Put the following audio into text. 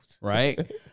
right